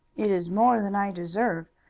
it is more than i deserve,